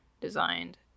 designed